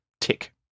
tick